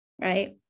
right